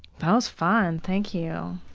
that was fun, thank you.